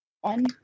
one